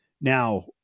Now